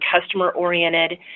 customer-oriented